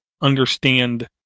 understand